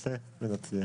נעשה ונצליח.